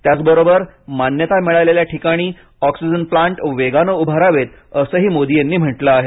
त्याचबरोबर मान्यता मिळालेल्या ठिकाणी ऑक्सिजन प्लांट वेगानं उभारावेत असंही मोदी यांनी म्हटलं आहे